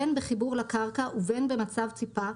בין בחיבור לקרקע ובין במצב ציפה,